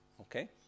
okay